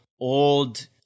old